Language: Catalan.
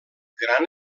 gran